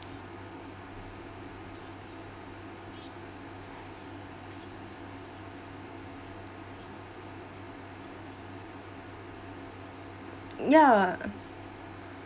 ya